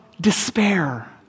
despair